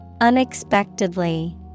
Unexpectedly